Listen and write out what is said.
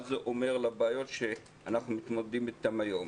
מה זה אומר לבעיות שאנחנו מתמודדים איתם היום.